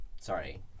Sorry